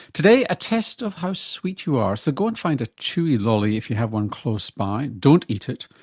today, a test of how sweet you are, so go and find a chewy lolly if you have one close by, don't eat it,